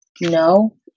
no